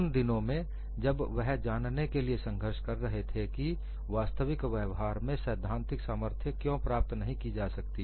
उन दिनों में जब वह जानने के लिए संघर्ष कर रहे थे की वास्तविक व्यवहार में सैद्धांतिक सामर्थ्य क्यों प्राप्त नहीं की जा सकती